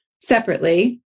separately